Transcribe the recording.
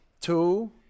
Two